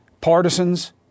Partisans